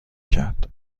کرد